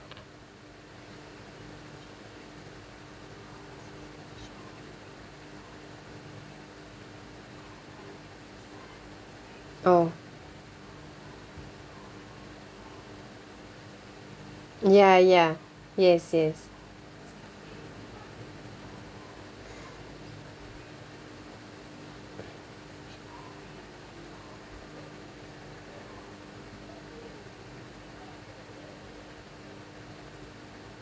oh ya ya yes yes